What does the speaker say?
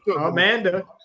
Amanda